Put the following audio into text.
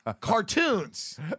cartoons